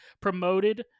promoted